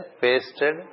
pasted